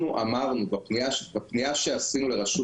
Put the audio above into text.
אנחנו אמרנו בפנייה שעשינו לרשות